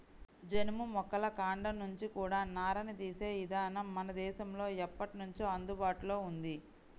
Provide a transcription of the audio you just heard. జనుము మొక్కల కాండం నుంచి కూడా నారని తీసే ఇదానం మన దేశంలో ఎప్పట్నుంచో అందుబాటులో ఉంది